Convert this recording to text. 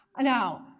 Now